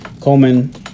Coleman